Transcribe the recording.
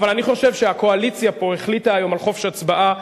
אבל אני חושב שהקואליציה פה החליטה היום על חופש הצבעה,